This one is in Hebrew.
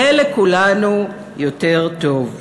יהיה לכולנו יותר טוב,